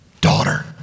daughter